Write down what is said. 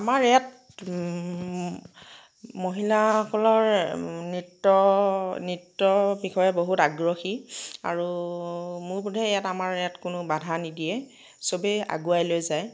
আমাৰ ইয়াত মহিলাসকলৰ নৃত্য নৃত্য বিষয়ে বহুত আগ্ৰহী আৰু মোৰ বোধেৰে ইয়াত আমাৰ ইয়াত কোনো বাধা নিদিয়ে সবেই আগুৱাই লৈ যায়